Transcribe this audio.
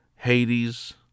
Hades